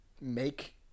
make